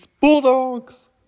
Bulldogs